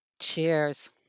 cheers